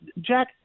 jack